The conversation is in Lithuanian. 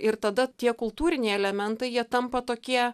ir tada tie kultūriniai elementai jie tampa tokie